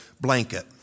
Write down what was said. blanket